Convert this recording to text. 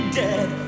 dead